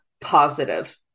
positive